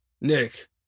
Nick